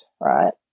right